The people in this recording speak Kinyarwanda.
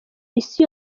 isi